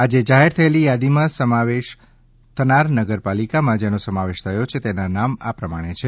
આજે જાહેર થયેલી યાદી માં સામેલ નગરપાલિકા માં જેનો સમાવેશ થયો છે તેના નામ આ પ્રમાણે છે